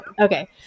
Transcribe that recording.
Okay